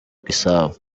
gisabo